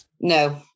no